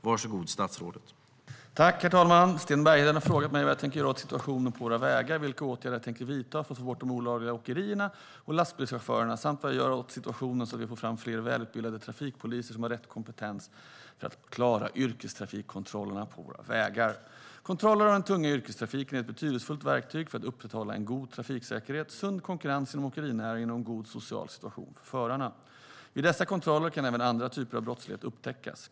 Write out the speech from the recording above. Herr talman! Sten Bergheden har frågat mig vad jag tänker göra åt situationen på våra vägar, vilka åtgärder jag tänker vidta för att få bort de olagliga åkerierna och lastbilschaufförerna samt vad jag gör åt situationen så att vi får fram fler välutbildade trafikpoliser som har rätt kompetens för att klara yrkestrafikkontrollerna på våra vägar. Kontroller av den tunga yrkestrafiken är ett betydelsefullt verktyg för att upprätthålla en god trafiksäkerhet, sund konkurrens inom åkerinäringen och en god social situation för förarna. Vid dessa kontroller kan även andra typer av brottslighet upptäckas.